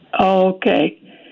Okay